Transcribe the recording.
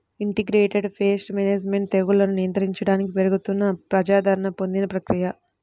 integrated pest management తెగుళ్లను నియంత్రించడానికి పెరుగుతున్న ప్రజాదరణ పొందిన ప్రక్రియ